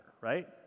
right